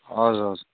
हजुर हजुर